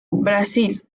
brasil